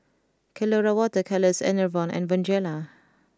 Colora water colours Enervon and Bonjela